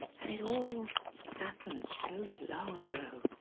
and it all happened so long ago.